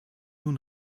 nun